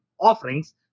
offerings